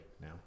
now